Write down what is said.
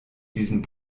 diesen